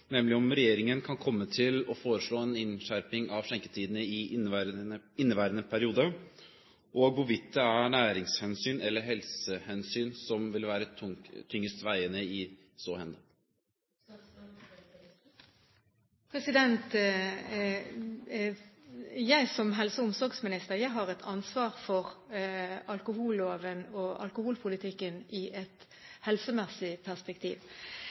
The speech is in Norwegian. nemlig om regjeringen kan komme til å foreslå en innskjerping av skjenketidene i inneværende periode, og hvorvidt det er næringshensyn eller helsehensyn som vil være tyngst veiende i så måte. Som helse- og omsorgsminister har jeg et ansvar for alkoholloven og alkoholpolitikken i et helsemessig perspektiv.